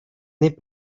n’est